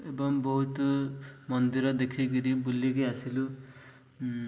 ଏବଂ ବହୁତ ମନ୍ଦିର ଦେଖିକିରି ବୁଲିକି ଆସିଲୁ